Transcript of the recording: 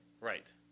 Right